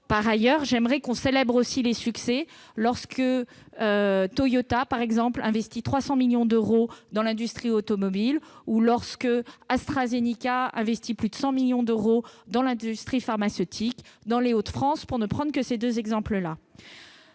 Par ailleurs, j'aimerais que l'on célèbre également les succès : Toyota investit 300 millions d'euros dans l'industrie automobile, AstraZeneca investit plus de 100 millions d'euros dans l'industrie pharmaceutique dans les Hauts-de-France, pour ne prendre que ces deux exemples.